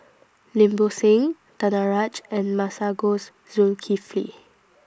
Lim Bo Seng Danaraj and Masagos Zulkifli